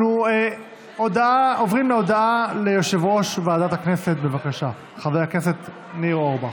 אנחנו עוברים להודעת יושב-ראש ועדת הכנסת חבר הכנסת ניר אורבך,